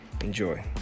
Enjoy